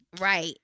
right